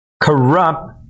corrupt